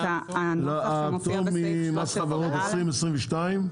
הפטור ממס חברות 2022,